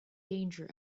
danger